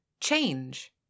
change